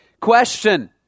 question